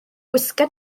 gwisga